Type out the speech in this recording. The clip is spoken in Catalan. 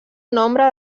nombre